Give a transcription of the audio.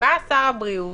בא שר הבריאות